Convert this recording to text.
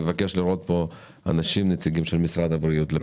מבקש לראות פה נציגי משרד הבריאות.